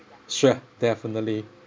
sure definitely